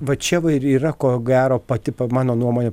va čia va ir yra ko gero pati mano nuomone